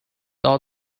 all